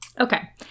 Okay